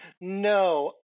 no